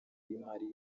y’imari